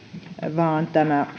vaan